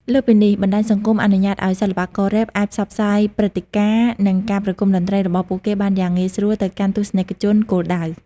លើសពីនេះ បណ្ដាញសង្គមអនុញ្ញាតឲ្យសិល្បកររ៉េបអាចផ្សព្វផ្សាយព្រឹត្តិការណ៍ និងការប្រគំតន្ត្រីរបស់ពួកគេបានយ៉ាងងាយស្រួលទៅកាន់ទស្សនិកជនគោលដៅ។